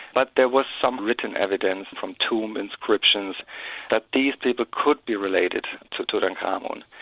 but there was some written evidence from tomb inscriptions that these people could be related to tutankhamen.